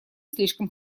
слишком